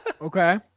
Okay